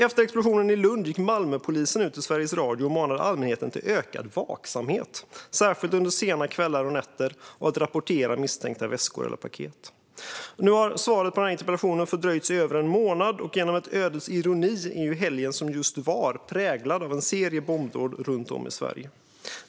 Efter explosionen i Lund gick Malmöpolisen ut i Sveriges Radio och manade allmänheten till ökad vaksamhet, särskilt under sena kvällar och nätter, och att rapportera misstänkta väskor eller paket. Nu har svaret på interpellationen fördröjts i över en månad, och genom en ödets ironi präglades den gångna helgen av en serie bombdåd runt om i Sverige.